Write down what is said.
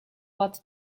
bought